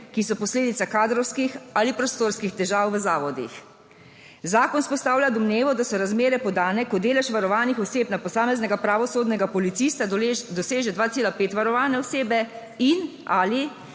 ki so posledica kadrovskih ali prostorskih težav v zavodih. Zakon vzpostavlja domnevo, da so razmere podane, ko delež varovanih oseb na posameznega pravosodnega policista doseže 2,5 varovane osebe in ali